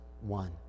one